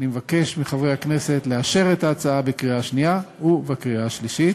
ואני מבקש מחברי הכנסת לאשר את ההצעה בקריאה שנייה ובקריאה שלישית.